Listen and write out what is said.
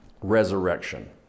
resurrection